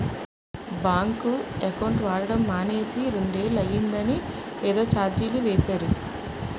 bank account వాడడం మానేసి రెండేళ్ళు అయిందని ఏదో చార్జీలు వేసేరు